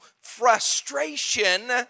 frustration